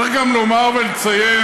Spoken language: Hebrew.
צריך גם לומר ולציין,